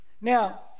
Now